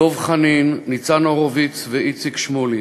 דב חנין, ניצן הורוביץ ואיציק שמולי.